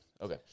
Okay